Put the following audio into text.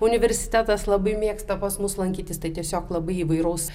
universitetas labai mėgsta pas mus lankytis tai tiesiog labai įvairaus